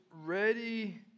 ready